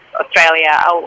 Australia